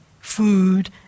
food